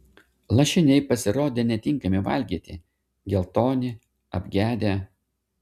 lašiniai pasirodė netinkami valgyti geltoni apgedę